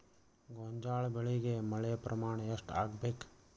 ಗೋಂಜಾಳ ಬೆಳಿಗೆ ಮಳೆ ಪ್ರಮಾಣ ಎಷ್ಟ್ ಆಗ್ಬೇಕ?